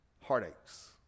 heartaches